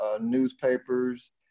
newspapers